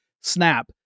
Snap